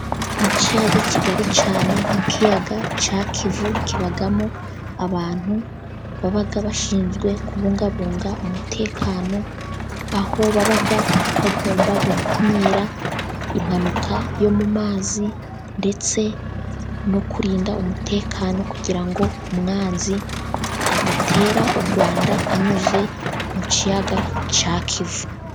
Mu kiyaga kigari cyane nk'ikiyaga cya kivu, kibamo abantu baba bashinzwe kubungabunga umutekano, aho baba bagomba gukumira impanuka yo mu mazi ndetse no kurinda umutekano, kugira ngo umwanzi adatera u Rwanda anyuze mu kiyaga cya kivu.